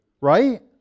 right